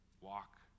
walk